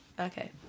Okay